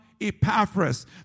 epaphras